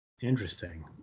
Interesting